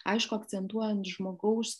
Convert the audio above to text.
aišku akcentuojant žmogaus